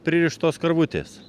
pririštos karvutės